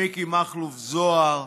מיקי מכלוף זוהר.